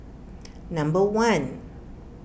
number one